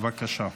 בבקשה.